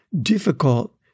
difficult